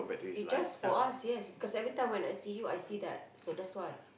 it does for us yes because every time when I see you I see that so that's why